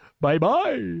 Bye-bye